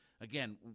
again